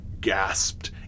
gasped